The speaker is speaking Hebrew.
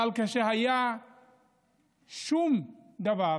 כשלא היה שום דבר,